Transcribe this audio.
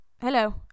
hello